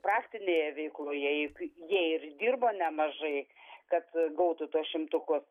praktinėje veikloje juk jie ir dirbo nemažai kad gautų tuos šimtukus